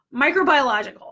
Microbiological